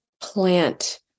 plant